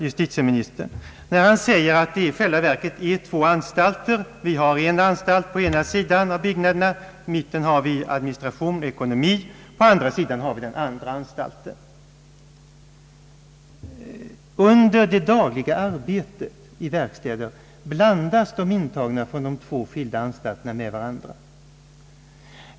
Justitieministern säger att det i själva verket är två anstalter i Kumla — i mitten har man lokaler för administration och ekonomi och på vardera sidan byggnader för de två anstalterna. Då vill jag fråga justitieministern, om under det dagliga arbetet i verkstäderna de intagna från dessa två skilda anstalter blandas med varandra.